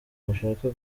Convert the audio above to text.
bashaka